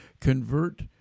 convert